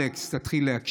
אלכס, תתחיל להקשיב.